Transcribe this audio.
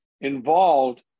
involved